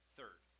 Third